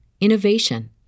innovation